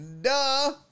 Duh